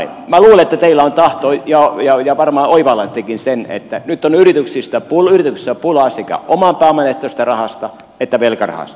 minä luulen että teillä on tahto ja varmaan oivallattekin sen että nyt on yrityksissä pulaa sekä oman pääoman ehtoisesta rahasta että velkarahasta